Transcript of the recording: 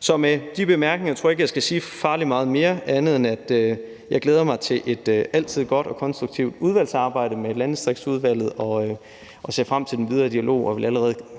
Så med de bemærkninger tror jeg ikke jeg skal sige så farligt meget mere, andet end jeg glæder mig til et altid godt og konstruktivt udvalgsarbejde med Landdistriktsudvalget. Jeg ser frem til den videre dialog og vil tilbyde